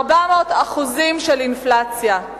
400% של אינפלציה.